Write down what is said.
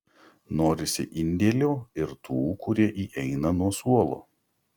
norisi indėlio ir tų kurie įeina nuo suolo